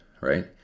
right